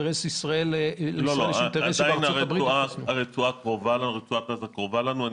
לישראל יש אינטרס שבארצות הברית יתחסנו.